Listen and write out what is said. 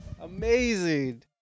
Amazing